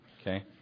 Okay